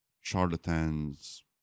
Charlatans